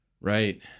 Right